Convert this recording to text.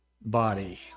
body